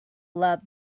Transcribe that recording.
love